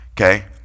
Okay